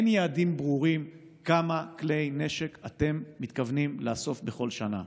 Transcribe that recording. אין יעדים ברורים כמה כלי נשק אתם מתכוונים לאסוף בכל שנה.